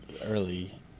early